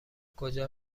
کجا